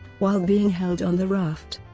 while being held on the raft,